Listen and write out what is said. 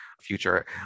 future